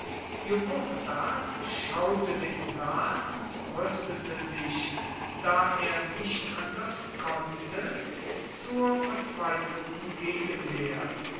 jugurtha durchschaute den plan und rüstete sich da er nicht anders konnte zur verzweifelten gegenwehr